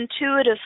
intuitive